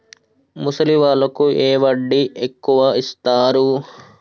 ముసలి వాళ్ళకు ఏ వడ్డీ ఎక్కువ ఇస్తారు?